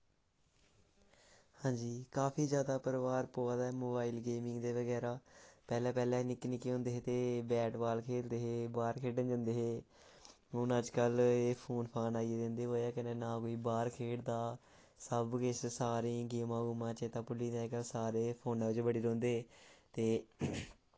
हां जी काफी जैदा प्रभाव पवा दा ऐ मोबाइल गेमिंग दे बगैरा पैह्लें पैह्लें निक्के निक्के होंदे हे ते बैट बॉल खेलदे हे बाह्र खेढन जंदे हे हून अजकल्ल एह् फोन फान आई गेदे इं'दी बजह कन्नै ना कोई बाह्र खेढदा सब किश सारें गी गेमां गूमां चेत्ता भुल्ली गेदियां अजकल्ल सारे फोना च बडी रौंह्दे ते